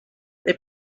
they